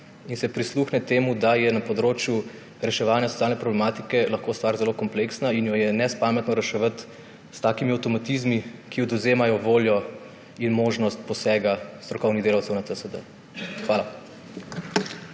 in se prisluhne temu, da je na področju reševanja socialne problematike lahko stvar zelo kompleksna in jo je nespametno reševati s takimi avtomatizmi, ki odvzemajo voljo in možnost posega strokovnih delavcev na CSD. Hvala.